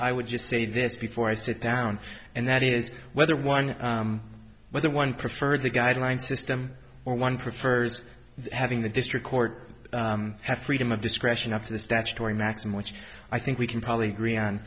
i would just say this before i sit down and that is whether one whether one preferred the guideline system or one prefers having the district court have freedom of discretion up to the statutory maxim which i think we can probably agree on